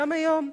גם היום,